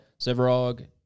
Severog